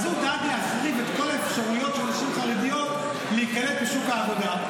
אז הוא דאג להחריב את כל האפשרויות של נשים חרדיות להיקלט בשוק העבודה.